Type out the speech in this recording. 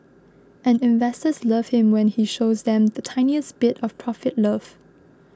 and investors love him when he shows them the tiniest bit of profit love